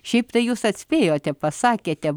šiaip tai jūs atspėjote pasakėte